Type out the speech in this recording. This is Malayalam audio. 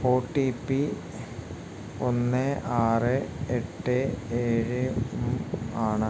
ഒ ടി പി ഒന്ന് ആറ് എട്ട് ഏഴും ആണ്